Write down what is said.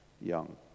young